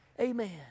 Amen